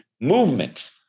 movement